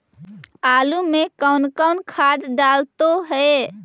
आलू में कौन कौन खाद डालते हैं?